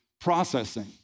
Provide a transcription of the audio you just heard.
processing